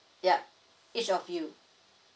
yup each of you